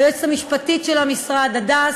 ליועצת המשפטית של המשרד הדס,